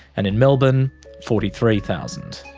and in melbourne forty three thousand